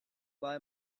buy